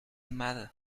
matter